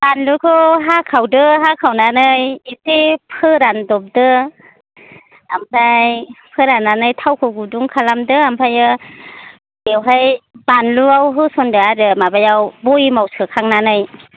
बानलुखौ हाखावदो हाखावनानै एसे फोरान दबदो ओमफ्राय फोराननानै थावखौ गुदुं खालामदो ओमफ्रायो बेवहाय बानलुआव होसनदो आरो माबायाव भयेमाव सोखांनानै